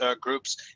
groups